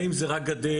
האם זה רק גדר,